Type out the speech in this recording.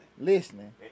listening